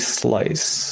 slice